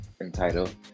entitled